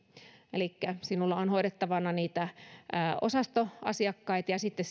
elikkä kun sinulla on hoidettavana niitä osastoasiakkaita ja sitten